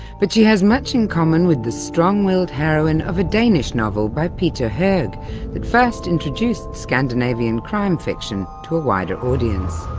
but she has much in common with the strong-willed heroine of a danish novel by peter hoeg that first introduced scandinavian crime fiction to a wider audience.